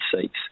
seats